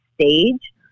stage